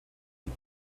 die